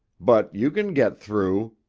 but you can get through.